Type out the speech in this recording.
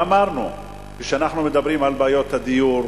ואמרנו שאנחנו מדברים על בעיות הדיור,